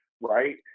right